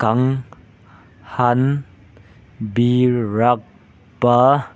ꯈꯪꯍꯟꯕꯤꯔꯛꯄ